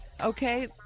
Okay